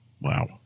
wow